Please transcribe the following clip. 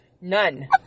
None